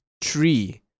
tree